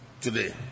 today